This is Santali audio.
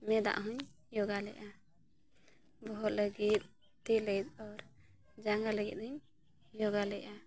ᱢᱮᱫᱟᱜ ᱦᱚᱧ ᱡᱳᱜᱟ ᱞᱮᱜᱼᱟ ᱵᱚᱦᱚᱜ ᱞᱟᱹᱜᱤᱫ ᱛᱤ ᱞᱟᱹᱜᱤᱫ ᱡᱟᱸᱜᱟ ᱞᱟᱹᱜᱤᱫ ᱦᱚᱧ ᱡᱳᱜᱟ ᱞᱮᱜᱼᱟ